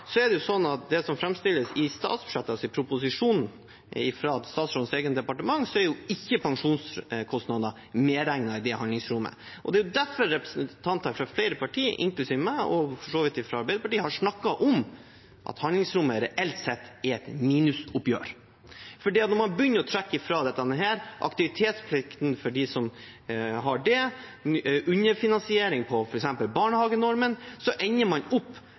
er ikke, slik det framstilles i statsbudsjettet, proposisjonen fra statsrådens eget departement, pensjonskostnader medregnet. Det er derfor representanter fra flere partier, inkludert meg – og for så vidt fra Arbeiderpartiet – har snakket om at handlingsrommet reelt sett er et minusoppgjør. For når man begynner å trekke fra dette – aktivitetsplikten for dem som har det, underfinansiering på f.eks. barnehagenormen – ender man opp